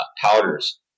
powders